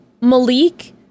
Malik